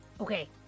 okay